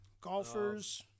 Golfers